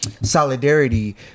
solidarity